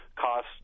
cost